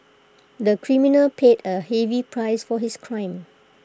the criminal paid A heavy price for his crime